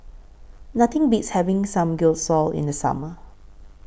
Nothing Beats having Samgyeopsal in The Summer